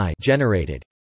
generated